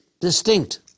distinct